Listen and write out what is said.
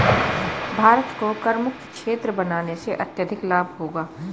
भारत को करमुक्त क्षेत्र बनाने से अत्यधिक लाभ होगा